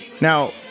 Now